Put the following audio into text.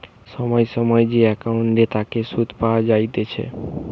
সময় সময় যে একাউন্টের তাকে সুধ পাওয়া যাইতেছে